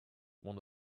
one